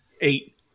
eight